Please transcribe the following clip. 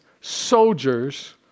soldiers